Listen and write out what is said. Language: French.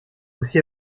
aussi